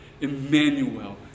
Emmanuel